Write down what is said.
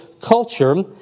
culture